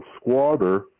squatter